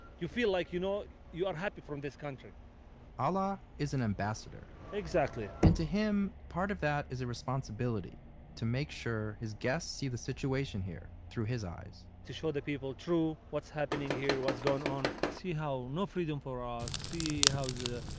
you feel like you know you are happy from this country alaa is an ambassador exactly and to him, part of that is a responsibility to make sure his guests see the situation here through his eyes to show the people true, what's happening here, what's going on. see how no freedom for us. ah see how the,